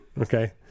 Okay